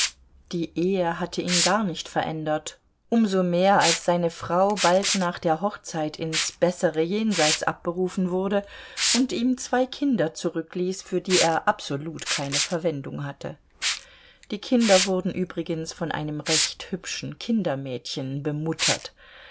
die ehe hatte ihn gar nicht verändert um so mehr als seine frau bald nach der hochzeit ins bessere jenseits abberufen wurde und ihm zwei kinder zurückließ für die er absolut keine verwendung hatte die kinder wurden übrigens von einem recht hübschen kindermädchen bemuttert